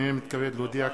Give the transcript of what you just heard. הנני מתכבד להודיע,